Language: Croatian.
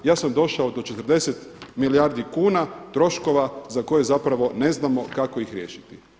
Ja sam došao do 40 milijardi kuna troškova za koje zapravo ne znamo kako ih riješiti.